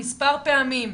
מספר פעמים.